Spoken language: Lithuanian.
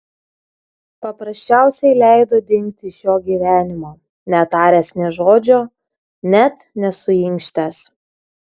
paprasčiausiai leido dingti iš jo gyvenimo netaręs nė žodžio net nesuinkštęs